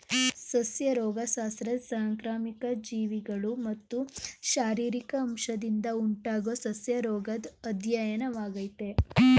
ಸಸ್ಯ ರೋಗಶಾಸ್ತ್ರ ಸಾಂಕ್ರಾಮಿಕ ಜೀವಿಗಳು ಮತ್ತು ಶಾರೀರಿಕ ಅಂಶದಿಂದ ಉಂಟಾಗೊ ಸಸ್ಯರೋಗದ್ ಅಧ್ಯಯನವಾಗಯ್ತೆ